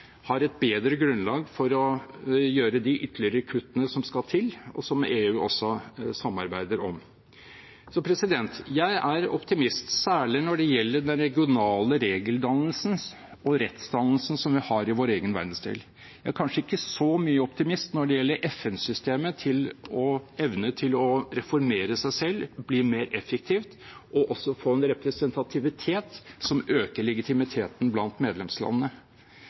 har et bedre grunnlag for å gjøre de ytterligere kuttene som skal til, og som EU også samarbeider om. Så jeg er optimist, særlig når det gjelder den regionale regeldannelsen og rettsdannelsen som vi har i vår egen verdensdel. Jeg er kanskje ikke så mye optimist når det gjelder FN-systemets evne til å reformere seg selv, bli mer effektivt og få en representativitet som øker legitimiteten blant medlemslandene.